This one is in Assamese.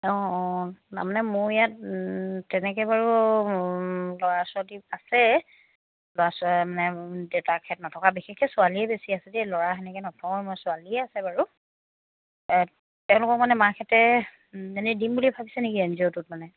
অঁ অঁ তাৰমানে মোৰ ইয়াত তেনেকৈ বাৰু ল'ৰা ছোৱালী আছে ল'ৰা ছোৱালী মানে দেউতাকহঁত নথকা বিশেষকৈ ছোৱালীয়ে বেছি আছে দেই ল'ৰা সেনেকৈ নথওঁৱে মই ছোৱালীয়ে আছে বাৰু তেওঁলোকক মানে মাকহঁতে এনেই দিম বুলি ভাবিছে নেকি এন জি অ'টোত মানে